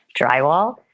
drywall